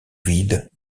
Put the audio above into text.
vides